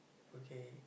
okay